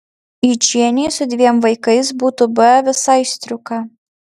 yčienei su dviem vaikais būtų buvę visai striuka